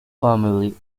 family